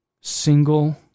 single